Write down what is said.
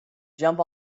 jump